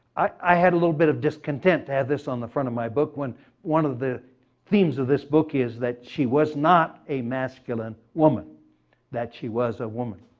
i had a little bit of discontent to add this on the front of my book when one of the themes of this book is that she was not a masculine woman that she was a woman.